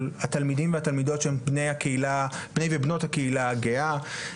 התלמידים והתלמידות שהם בני ובנות הקהילה הגאה.